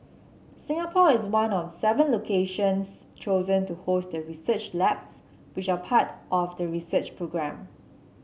Singapore is one of seven locations chosen to host the research labs which are part of the research programme